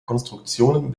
konstruktionen